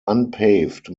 unpaved